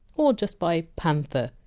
or just by panther.